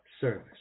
service